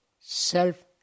self